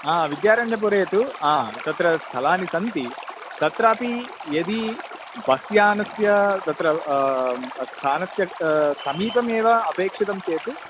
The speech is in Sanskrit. हा विद्यारण्यपुरे तु हा तत्र स्थलानि सन्ति तत्रापि यदि बस् यानस्य तत्र स्थानस्य समीपमेव अपेक्षितं चेत्